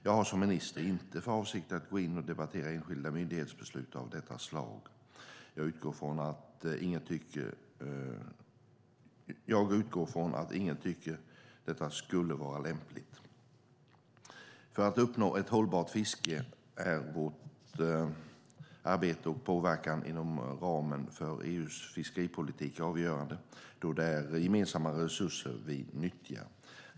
Jag har som minister inte för avsikt att gå in och debattera enskilda myndighetsbeslut av detta slag. Jag utgår från att ingen tycker att det skulle vara lämpligt. För att uppnå ett hållbart fiske är vårt arbete och vår påverkan inom ramen för EU:s fiskeripolitik avgörande då det är gemensamma resurser vi nyttjar.